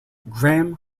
graeme